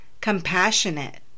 compassionate